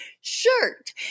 shirt